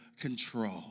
control